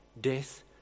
death